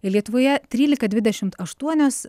lietuvoje trylika dvidešimt aštuonios